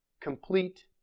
complete